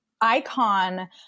icon